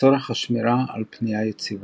לצורך השמירה על פנייה יציבה.